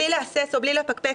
בלי להסס ובלי לפקפק,